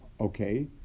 okay